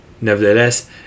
Nevertheless